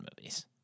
movies